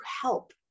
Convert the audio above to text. help